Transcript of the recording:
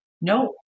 No